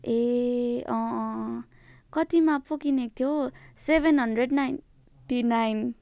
ए अँ अँ कतिमा पो किनेको थियो हौ सेभेन हन्ड्रेड नाइन्टी नाइन